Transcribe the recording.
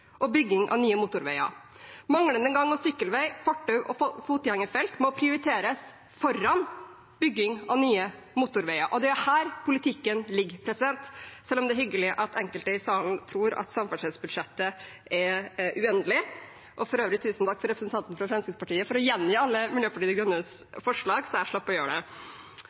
og bygging av nye motorveier. Manglende gang- og sykkelvei, fortau og fotgjengerfelt må prioriteres foran bygging av nye motorveier. Det er her politikken ligger, selv om det er hyggelig at enkelte i salen tror at samferdselsbudsjettet er uendelig. For øvrig tusen takk til representanten fra Fremskrittspartiet for å gjengi alle Miljøpartiet De Grønnes forslag så jeg slapp å gjøre det.